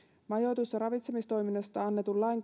majoitus ja ravitsemistoiminnasta annetun lain